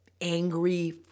angry